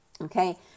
Okay